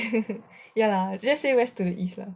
ya lah just say west to the east lah